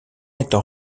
étant